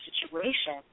situation